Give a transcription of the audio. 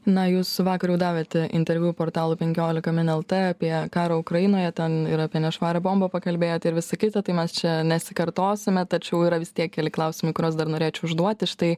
na jūs vakar jau davėte interviu portalui penkiolika min lt apie karą ukrainoje ten ir apie nešvarią bombą pakalbėjot ir visa kita tai mes čia nesikartosime tačiau yra vis tie keli klausimai kuriuos dar norėčiau užduoti štai